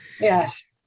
Yes